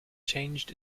changed